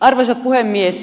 arvoisa puhemies